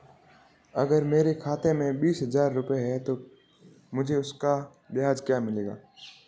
अगर मेरे खाते में बीस हज़ार रुपये हैं तो मुझे उसका ब्याज क्या मिलेगा?